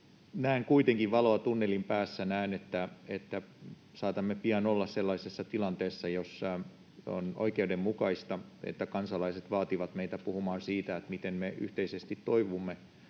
Näen kuitenkin valoa tunnelin päässä ja näen, että saatamme pian olla sellaisessa tilanteessa, jossa on oikeudenmukaista, että kansalaiset vaativat meitä puhumaan siitä, miten me yhteisesti toivumme